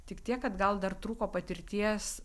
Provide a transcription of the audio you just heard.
tik tiek kad gal dar trūko patirties